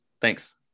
Thanks